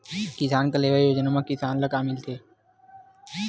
किसान कलेवा योजना म किसान ल का लाभ मिलथे?